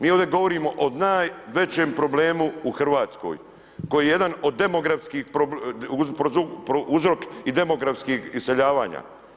Mi ovdje govorimo od najvećem problemu u RH koji je jedan od demografskih uzrok i demografskih iseljavanja.